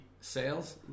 sales